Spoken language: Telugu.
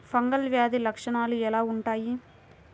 ఫంగల్ వ్యాధి లక్షనాలు ఎలా వుంటాయి?